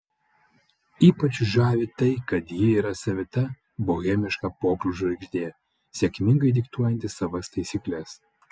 ypač žavi tai kad ji yra savita bohemiška popžvaigždė sėkmingai diktuojanti savas taisykles